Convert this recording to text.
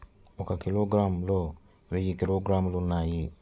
ఒక కిలోగ్రామ్ లో వెయ్యి గ్రాములు ఉన్నాయి